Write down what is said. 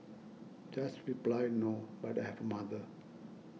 just reply no but I have a mother